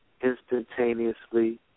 instantaneously